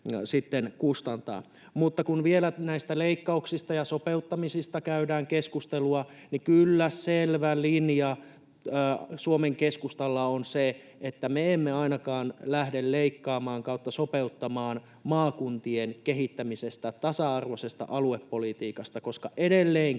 Mutta kun vielä näistä leikkauksista ja sopeuttamisista käydään keskustelua, niin kyllä selvä linja Suomen Keskustalla on se, että me emme ainakaan lähde leikkaamaan tai sopeuttamaan maakuntien kehittämisestä, tasa-arvoisesta aluepolitiikasta, koska edelleenkin,